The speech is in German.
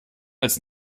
als